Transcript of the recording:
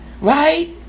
right